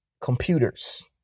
computers